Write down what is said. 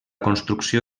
construcció